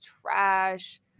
trash